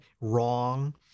wrong